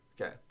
Okay